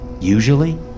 Usually